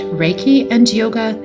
reikiandyoga